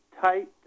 tight